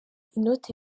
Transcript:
inote